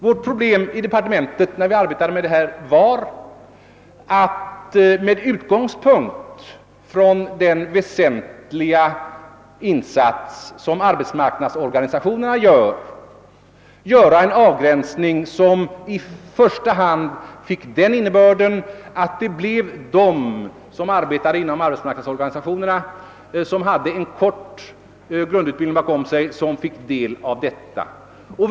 När vi arbetade med detta i departementet var vårt problem att med utgångspunkt från arbetsmarknadsorganisationernas väsentliga insats göra en av gränsning som i första hand fick den innebörden att det blev de människor som arbetar inom arbetsmarknadsorganisationerna och som har en kort grundutbildning bakom sig som fick del av stödet.